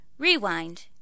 Rewind